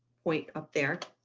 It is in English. point up there.